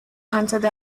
answered